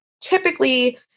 typically